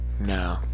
No